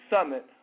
Summit